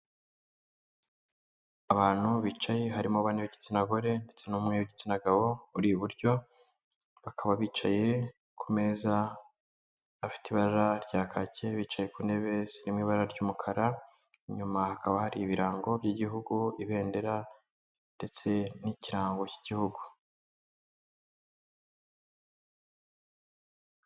Abantu bicaye harimo bane b'igitsina gore ndetse n'umwe y'igitsina gabo uri iburyo, bakaba bicaye ku meza afite ibara rya kake, bicaye ku ntebe zirimo ibara ry'umukara. Inyuma hakaba hari ibirango by'igihugu ibendera ndetse n'ikirango cy'igihugu.